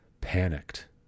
panicked